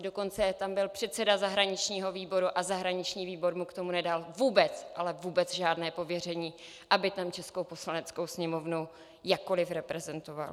Dokonce tam byl předseda zahraničního výboru, a zahraniční výbor mu k tomu nedal, ale vůbec žádné pověření, aby tam českou Poslaneckou sněmovnu jakkoliv reprezentoval.